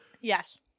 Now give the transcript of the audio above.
Yes